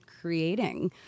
creating